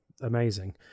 amazing